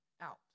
out